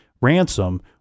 ransom